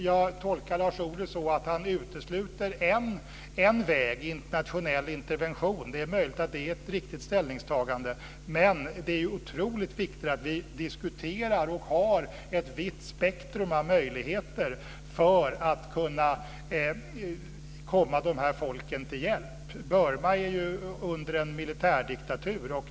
Jag tolkar Lars Ohly så att han utesluter en väg, nämligen internationell intervention. Det är möjligt att det är ett riktigt ställningstagande, men det är otroligt viktigt att vi diskuterar och har ett vitt spektrum av möjligheter för att kunna komma dessa folk till hjälp. Burma lyder under en militärdiktatur.